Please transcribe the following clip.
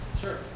Sure